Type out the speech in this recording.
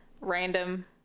Random